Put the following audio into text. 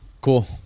cool